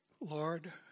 Lord